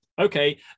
okay